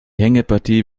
hängepartie